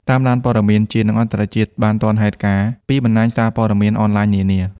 តាមដានព័ត៌មានជាតិ និងអន្តរជាតិបានទាន់ហេតុការណ៍ ពីបណ្ដាញសារព័ត៌មានអនឡាញនានា។